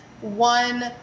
one